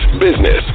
business